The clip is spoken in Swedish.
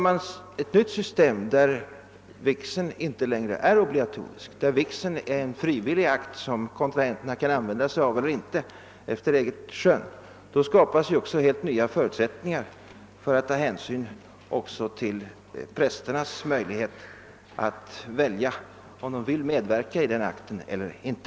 Om vi inför ett nytt system där vigseln inte längre är obligatorisk utan en frivillig akt som kontrahenterna kan använda sig av efter eget skön, skapas bättre förutsättningar för att ge prästerna rätt att själva ta ställning till om de vill medverka till denna akt eller inte.